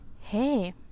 hey